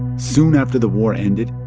soon after the war ended,